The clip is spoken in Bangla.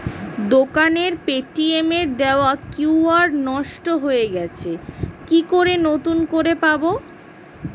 দোকানের পেটিএম এর দেওয়া কিউ.আর নষ্ট হয়ে গেছে কি করে নতুন করে পাবো?